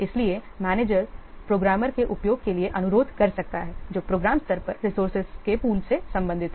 इसलिए manager programmer के उपयोग के लिए अनुरोध कर सकता है जो प्रोग्राम स्तर पर रिसोर्सेज के पूल से संबंधित है